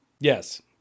Yes